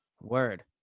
Word